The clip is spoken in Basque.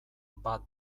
bat